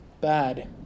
bad